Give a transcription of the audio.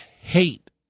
hate